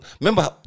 remember